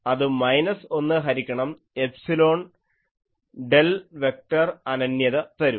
അത് മൈനസ് 1 ഹരിക്കണം epsilon del vector അനന്യത തരും